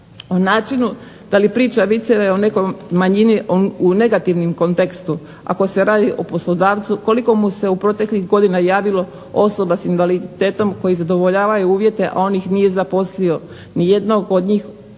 O načinu da li priča viceve o nekoj manjini u negativnom kontekstu ako se radi o poslodavcu koliko mu se u proteklih godina javilo osoba sa invaliditetom koji zadovoljavaju uvjete a on ih nije zaposlio, ni jednog od njih.